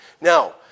Now